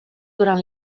durant